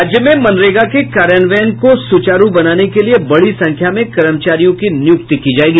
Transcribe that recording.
राज्य में मनरेगा के कार्यान्वयन को सुचारू बनाने के लिये बड़ी संख्या में कर्मचारियों की नियूक्ति की जायेगी